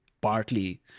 partly